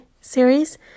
series